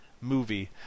movie